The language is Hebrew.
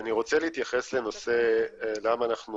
אני רוצה להתייחס לנושא למה אנחנו